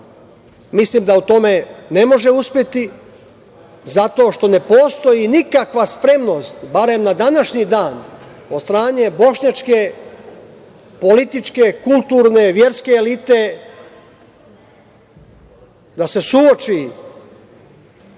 mislim da u tome ne može uspeti zato što ne postoji nikakva spremnost, barem na današnji dan, od strane bošnjačke političke, kulturne, verske elite da se suoči